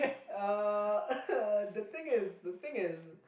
uh the thing is the thing is